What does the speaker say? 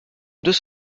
deux